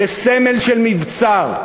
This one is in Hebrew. לסמל של מבצר.